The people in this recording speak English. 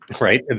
Right